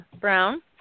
Brown